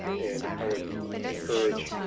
and i would encourage